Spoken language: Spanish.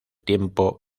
tiempo